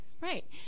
right